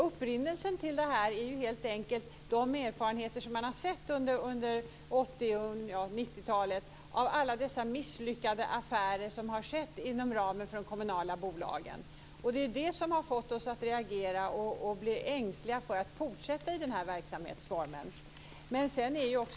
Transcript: Upprinnelsen till detta är helt enkelt de erfarenheter som man har fått under 80 och 90-talen av alla dessa misslyckade affärer som har skett inom ramen för de kommunala bolagen. Det är det som har fått oss att reagera och bli ängsliga för att fortsätta i den här verksamhetsformen.